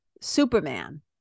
Superman